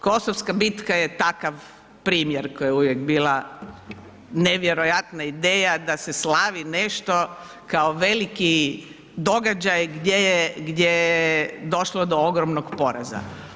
Kosovska bitka je takav primjer koja je uvijek bila nevjerojatna ideja da se slavi nešto kao veliki događaj gdje je došlo do ogromnog poraza.